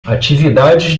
atividades